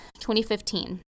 2015